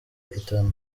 itanu